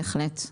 בהחלט.